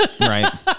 Right